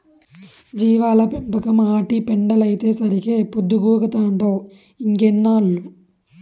జీవాల పెంపకం, ఆటి పెండలైతేసరికే పొద్దుగూకతంటావ్ ఇంకెన్నేళ్ళు